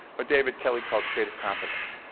but david kelly calls creative confidence.